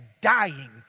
dying